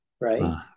right